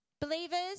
Believers